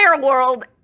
world